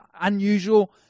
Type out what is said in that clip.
unusual